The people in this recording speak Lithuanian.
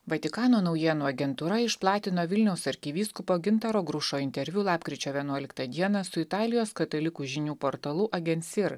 vatikano naujienų agentūra išplatino vilniaus arkivyskupo gintaro grušo interviu lapkričio vienuoliktą dieną su italijos katalikų žinių portalu agensir